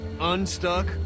unstuck